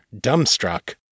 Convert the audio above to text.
dumbstruck